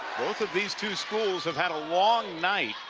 both of these two schools have had a long night